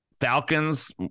Falcons